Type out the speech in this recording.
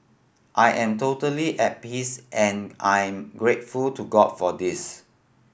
I am totally at peace and I'm grateful to God for this